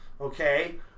Okay